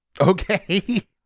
Okay